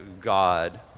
God